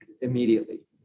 immediately